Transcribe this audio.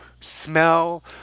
smell